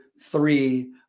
three